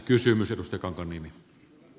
herra puhemies